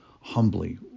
humbly